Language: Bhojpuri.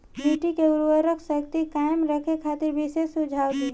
मिट्टी के उर्वरा शक्ति कायम रखे खातिर विशेष सुझाव दी?